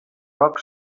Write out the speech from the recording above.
roc